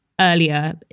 earlier